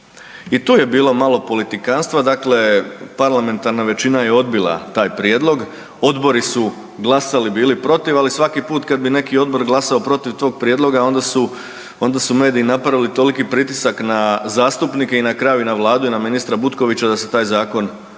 I tu je bilo malo politikantstva dakle parlamentarna većina je odbila taj prijedlog, odbori su glasali bili protiv, ali svaki put kad bi neki odbor glasao protiv tog prijedloga onda su, onda su mediji napravili toliki pritisak na zastupnike i na kraju i na Vladu i na ministra Butkovića da se taj zakon morao